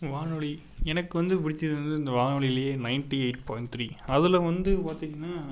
வானொலி எனக்கு வந்து பிடிச்சது வந்து இந்த வானொலியிலே நயன்டி எயிட் பாயிண்ட் த்ரீ அதில் வந்து பார்த்திங்கன்னா